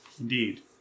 Indeed